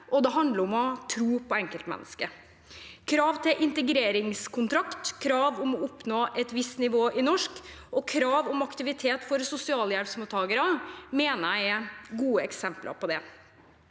seg og om å tro på enkeltmennesket. Krav om integreringskontrakt, krav om å oppnå et visst nivå i norsk og krav om aktivitet for sosialhjelpsmottakere mener jeg er gode eksempler på det.